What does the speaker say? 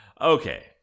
Okay